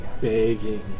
begging